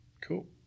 cool